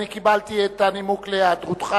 אני קיבלתי את הנימוק להיעדרותך,